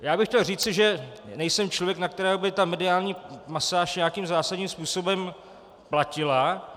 Já bych chtěl říci, že nejsem člověk, na kterého by mediální masáž nějakým zásadním způsobem platila.